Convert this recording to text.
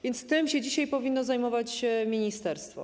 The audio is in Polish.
Więc tym się dzisiaj powinno zajmować ministerstwo.